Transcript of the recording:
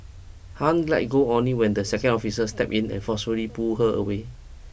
Han let go only when the second officer stepped in and forcefully pulled her away